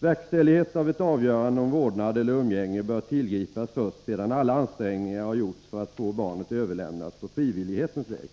Verkställighet av ett avgörande om vårdnad eller umgänge bör tillgripas först sedan alla ansträngningar har gjorts för att få barnet överlämnat på frivillighetens väg.